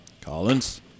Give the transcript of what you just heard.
Collins